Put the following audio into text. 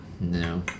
No